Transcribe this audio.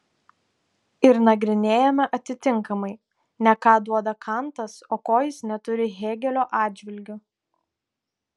ir nagrinėjame atitinkamai ne ką duoda kantas o ko jis neturi hėgelio atžvilgiu